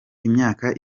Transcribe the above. imyaka